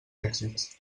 èxits